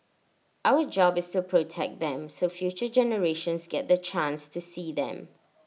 our job is to protect them so future generations get the chance to see them